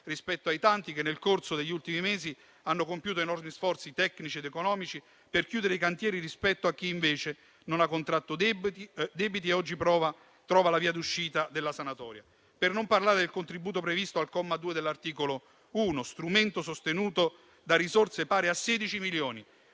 rispetto ai tanti che nel corso degli ultimi mesi hanno compiuto enormi sforzi tecnici ed economici per chiudere i cantieri, rispetto a chi invece non ha contratto debiti e oggi trova la via d'uscita della sanatoria. Per non parlare del contributo previsto al comma 2 dell'articolo 1, strumento sostenuto da risorse pari a 16 milioni